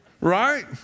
Right